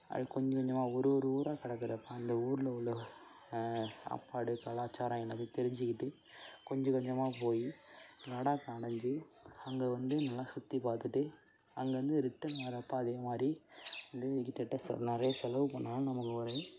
அப்படியே கொஞ்சம் கொஞ்சமாக ஒரு ஒரு ஊராக கடக்குறப்போ அந்த ஊரில் உள்ள சாப்பாடு கலாச்சாரம் எல்லாமே தெரிஞ்சுக்கிட்டு கொஞ்சம் கொஞ்சமாக போய் லடாக்கை அடஞ்சு அங்கே வந்து நல்லா சுற்றிப் பார்த்துட்டு அங்கேருந்து ரிட்டன் வரப்போ அதேமாதிரி வந்து கிட்டத்தட்ட ச நிறைய செலவு பண்ணால் தான் நமக்கு ஒரு